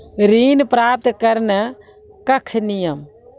ऋण प्राप्त करने कख नियम?